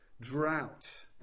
drought